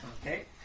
Okay